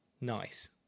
nice